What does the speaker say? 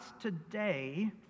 today